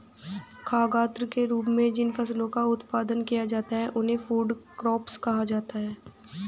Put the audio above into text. खाद्यान्न के रूप में जिन फसलों का उत्पादन किया जाता है उन्हें फूड क्रॉप्स कहा जाता है